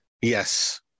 Yes